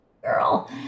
girl